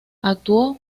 actuó